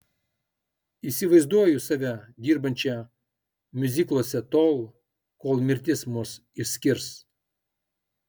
įsivaizduoju save dirbančią miuzikluose tol kol mirtis mus išskirs